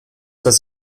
das